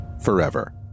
Forever